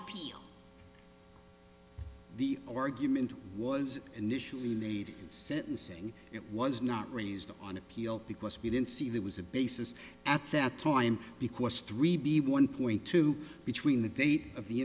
appeal the argument was initially made sentencing it was not raised on appeal because we didn't see there was a basis at that time because three b one point two between the date of the